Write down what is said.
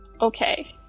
Okay